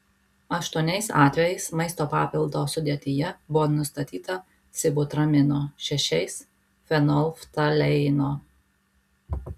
aštuoniais atvejais maisto papildo sudėtyje buvo nustatyta sibutramino šešiais fenolftaleino